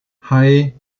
hei